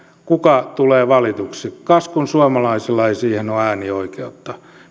kuka tulee valituksi kas kun suomalaisilla ei siihen ole äänioikeutta